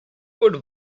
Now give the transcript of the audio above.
would